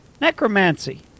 Necromancy